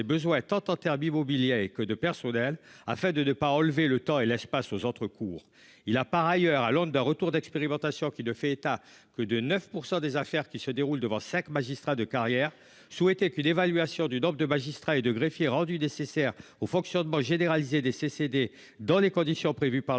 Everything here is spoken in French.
Il a par ailleurs à Londres de retour d'expérimentation qui ne fait état que de 9% des affaires qui se déroule devant cinq magistrats de carrière souhaitait qu'une évaluation du nombre de magistrats et de greffiers rendue nécessaire au fonctionnement généralisé des CCD dans les conditions prévues par la